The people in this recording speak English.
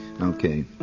Okay